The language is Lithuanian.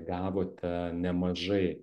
gavote nemažai